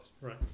right